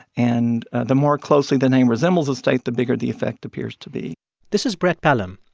and the more closely the name resembles a state, the bigger the effect appears to be this is brett pelham.